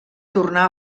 tornar